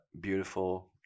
beautiful